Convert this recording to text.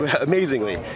Amazingly